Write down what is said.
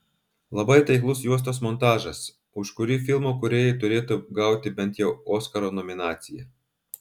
labai taiklus juostos montažas už kurį filmo kūrėjai turėtų gauti bent jau oskaro nominaciją